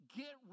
get